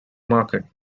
market